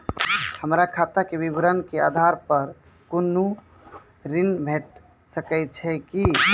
हमर खाता के विवरण के आधार प कुनू ऋण भेट सकै छै की?